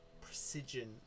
precision